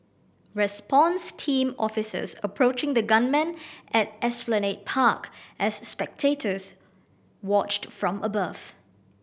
response team officers approaching the gunman at Esplanade Park as spectators watched from above